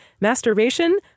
masturbation